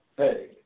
Hey